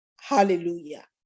hallelujah